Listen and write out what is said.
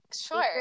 sure